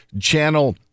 channel